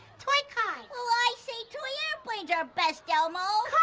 toy cars. well i say toy airplanes are best elmo.